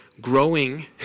growing